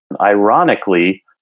Ironically